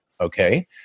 okay